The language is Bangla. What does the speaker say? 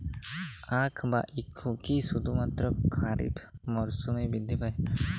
আখ বা ইক্ষু কি শুধুমাত্র খারিফ মরসুমেই বৃদ্ধি পায়?